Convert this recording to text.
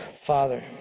Father